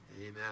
amen